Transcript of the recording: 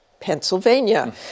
Pennsylvania